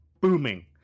booming